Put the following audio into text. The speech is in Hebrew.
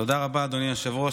תודה רבה, אדוני היושב-ראש.